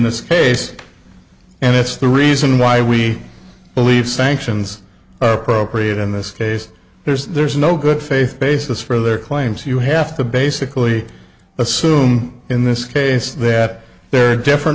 this case and it's the reason why we believe sanctions are appropriate in this case there's no good faith basis for their claims you have to basically assume in this case that there are different